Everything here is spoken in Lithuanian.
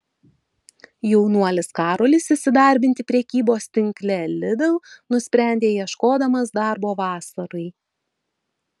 jaunuolis karolis įsidarbinti prekybos tinkle lidl nusprendė ieškodamas darbo vasarai